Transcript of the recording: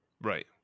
Right